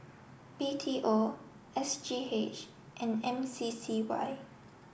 B T O S G H and M C C Y